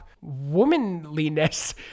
womanliness